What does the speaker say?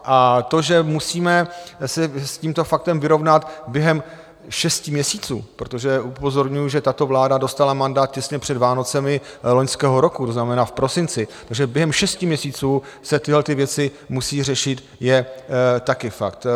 A to, že musíme se s tímto faktem vyrovnat během šesti měsíců, protože upozorňuji, že tato vláda dostala mandát těsně před Vánocemi loňského roku, to znamená v prosinci, takže během šesti měsíců se tyhlety věci musí řešit, je také fakt.